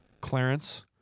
Clarence